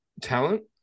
talent